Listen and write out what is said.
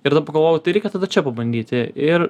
ir tada pagalvojau tai reikia tada čia pabandyti ir